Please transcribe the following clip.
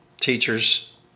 teachers